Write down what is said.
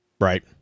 right